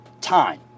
time